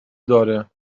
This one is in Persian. داره